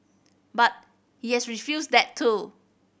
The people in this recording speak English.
but he has refused that too